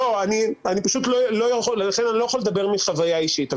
לא יוכל לדבר מחוויה אישית.